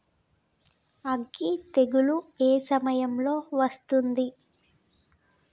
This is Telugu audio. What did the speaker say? అగ్గి తెగులు ఏ సమయం లో వస్తుంది?